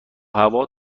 هوا